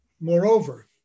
Moreover